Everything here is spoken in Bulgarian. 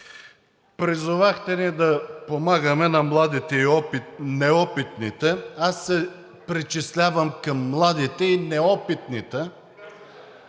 призовахте ни да помагаме на младите и неопитните, аз се причислявам към младите и неопитните